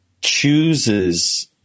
chooses